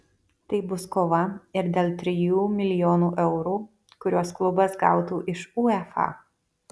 tai bus kova ir dėl trijų milijonų eurų kuriuos klubas gautų iš uefa